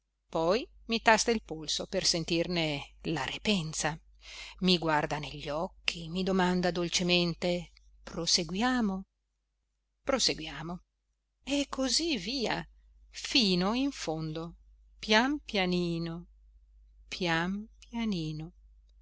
poi mi tasta il polso per sentirne la repenza mi guarda negli occhi mi domanda dolcemente proseguiamo proseguiamo e così via fino in fondo pian pianino pian pianino